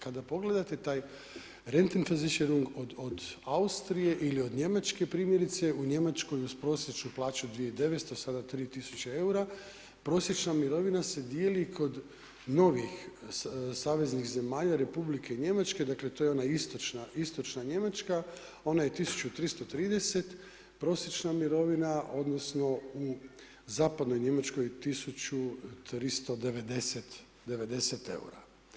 Kada pogledate taj ... od Austrije ili od Njemačke primjerice u Njemačkoj uz prosječnu plaću 2900, sada 3 tisuće eura prosječna mirovina se dijeli kod novih saveznih zemalja Republike Njemačke, dakle to je ona istočna Njemačka ona je 1330 prosječna mirovina odnosno u zapadnoj Njemačkoj 1390 eura.